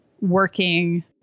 working